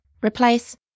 replace